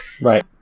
Right